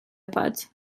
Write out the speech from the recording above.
wybod